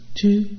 two